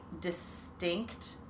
distinct